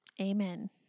Amen